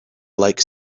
like